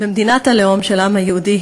במדינת הלאום של העם היהודי,